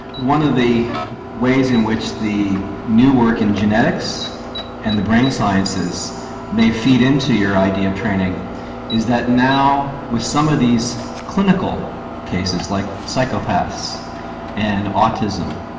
one of the ways in which the new work in genetics and the brain sciences may feed into your idea of training is that now with some of these clinical cases like psychopaths and autism,